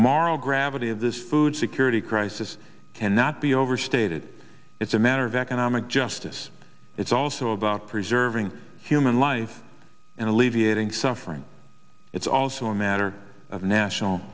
marl gravity of this food security crisis cannot be overstated it's a matter of economic justice it's also about preserving human life and alleviating suffering it's also a matter of national